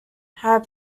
had